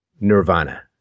nirvana